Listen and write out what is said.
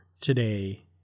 today